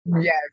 Yes